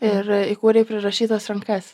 ir įkūrei prirašytas rankas